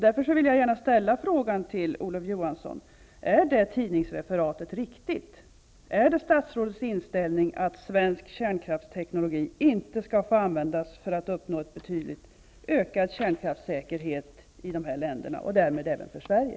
Därför vill jag gärna ställa frågan till Olof Johansson: Är det tidningsreferatet riktigt -- är det statsrådets inställning att svensk kärnkraftsteknologi inte skall få användas för att uppnå en betydligt ökad kärnkraftssäkerhet i de här länderna och därmed även för Sverige?